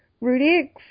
Rudy